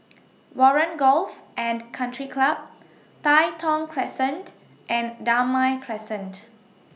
Warren Golf and Country Club Tai Thong Crescent and Damai Crescent